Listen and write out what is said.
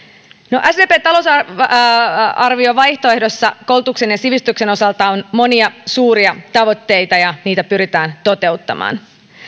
no sdpn talousarviovaihtoehdossa koulutuksen ja sivistyksen osalta on monia suuria tavoitteita ja niitä pyritään toteuttamaan